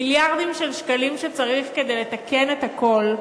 מיליארדים של שקלים שצריך כדי לתקן את הכול,